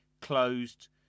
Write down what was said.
closed